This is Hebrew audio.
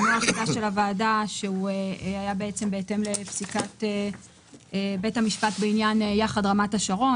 זהו נוהל חדש של הוועדה בהתאם לפסיקת בית המשפט בנושא "יחד-רמת השרון".